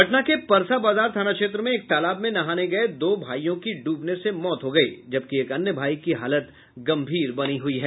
पटना के परसा बाजार थाना क्षेत्र में एक तालाब में नहाने गये दो भाइयों की डूबने से मौत हो गयी जबकि एक अन्य भाई की हालत गंभीर बनी हुई है